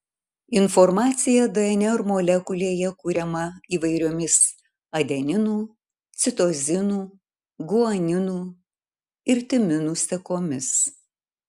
informacija dnr molekulėje kuriama įvairiomis adeninų citozinų guaninų ir timinų sekomis